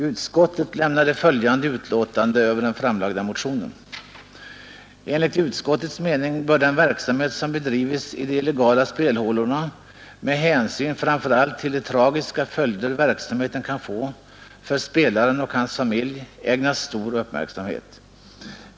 Utskottet lämnade följande utlåtande över den framlagda motionen: ”Enligt utskottets mening bör den verksamhet som bedrives i de illegala spelhålorna med hänsyn framför allt till de tragiska följder verksamheten kan få för spelaren och hans familj ägnas stor uppmärksamhet.